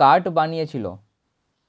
card বানিয়েছিলো